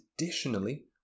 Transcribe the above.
additionally